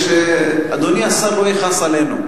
שאדוני השר לא יכעס עלינו.